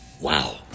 wow